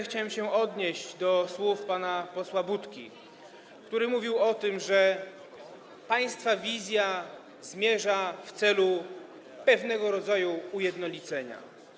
Chciałbym się odnieść do słów pana Budki, który mówił o tym, że państwa wizja zmierza do pewnego rodzaju ujednolicenia.